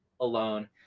alone